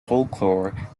folklore